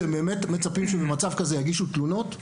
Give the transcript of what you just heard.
אתם באמת מצפים שבמצב כזה יגישו תלונות?